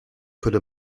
could